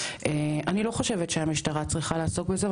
אני לא חושבת שהמשטרה צריכה לעסוק בזה,